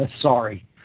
sorry